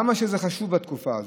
כמה זה חשוב בתקופה הזאת.